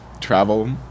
travel